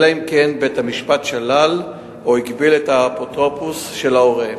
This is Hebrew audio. אלא אם כן בית-המשפט שלל או הגביל את האפוטרופסות של ההורה.